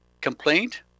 complaint